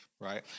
right